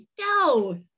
no